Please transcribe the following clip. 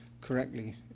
correctly